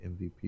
MVP